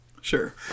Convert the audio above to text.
sure